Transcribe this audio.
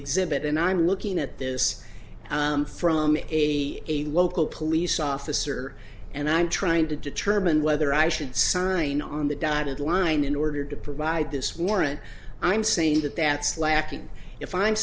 exhibit and i'm looking at this from a a local police officer and i'm trying to determine whether i should sign on the dotted line in order to provide this warrant i'm saying that that's lacking if i'm